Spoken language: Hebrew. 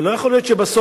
אבל לא יכול להיות שבסוף,